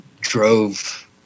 drove